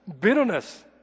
bitterness